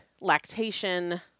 lactation